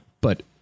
but-